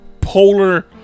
polar